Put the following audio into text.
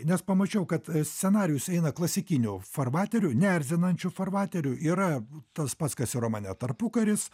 nes pamačiau kad scenarijus eina klasikiniu farvateriu neerzinančiu farvateriu yra tas pats kas ir romane tarpukaris